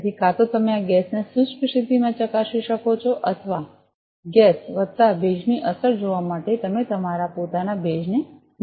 તેથી કાં તો તમે આ ગેસને શુષ્ક સ્થિતિમાં ચકાસી શકો છો અથવા ગેસ વત્તા ભેજની અસર જોવા માટે તમે તમારી પોતાના ભેજ ને મૂકી શકો છો